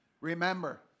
remember